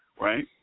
right